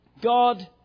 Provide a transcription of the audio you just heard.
God